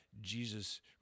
Jesus